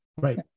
Right